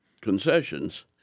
concessions